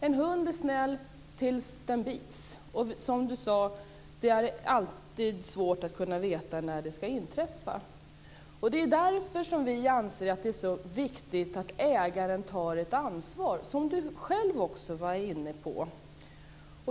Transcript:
En hund är snäll tills den bits, och det är alltid svårt att veta när det ska inträffa. Det är därför som vi anser att det är så viktigt att ägaren tar ett ansvar, som också Ann-Kristine Johansson var inne på.